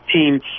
team